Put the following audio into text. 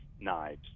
knives